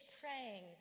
praying